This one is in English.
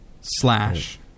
slash